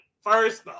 First